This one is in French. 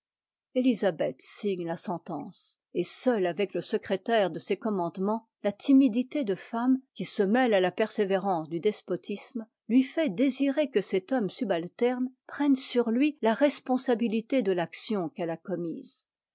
élisabeth signe la sentence et seule avec le secrétaire de ses commandements ta timidité de femme qui se méle à ta'persévérance du despotisme lui fait désirer que cet homme subalterne prenne sur lui la responsabilité de faction qu'elle a commise